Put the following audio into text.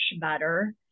better